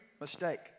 mistake